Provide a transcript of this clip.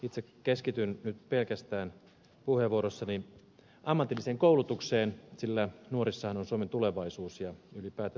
itse keskityn nyt puheenvuorossani pelkästään ammatilliseen koulutukseen sillä nuorissahan on suomen tulevaisuus ja ylipäätänsä maailman tulevaisuus